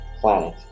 planet